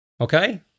Okay